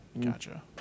Gotcha